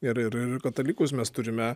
ir ir ir katalikus mes turime